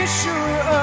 sure